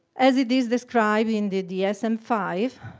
as it is described in the dsm five,